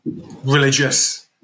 religious